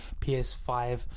ps5